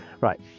Right